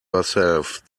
herself